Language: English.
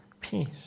peace